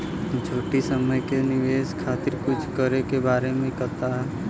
छोटी समय के निवेश खातिर कुछ करे के बारे मे बताव?